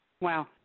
Wow